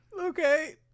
Okay